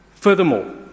Furthermore